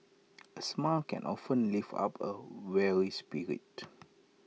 A smile can often lift up A weary spirit